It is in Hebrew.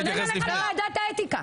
אני אתלונן עליך לוועדת האתיקה.